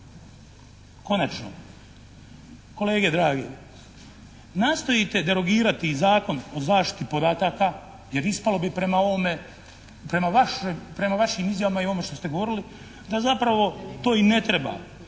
Konačno, kolege drage, nastojite derogirati i Zakon o zaštiti podataka jer ispalo bi prema ovome, prema vašim izjavama i onome što ste govorili da zapravo to i ne treba,